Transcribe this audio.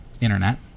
Internet